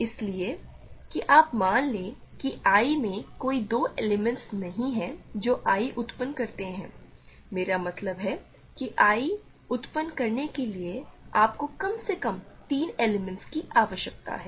इसलिए कि आप मान लें कि I में कोई 2 एलिमेंट्स नहीं हैं जो I उत्पन्न करते हैं मेरा मतलब है कि I उत्पन्न करने के लिए आपको कम से कम तीन एलिमेंट्स की आवश्यकता है